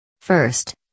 First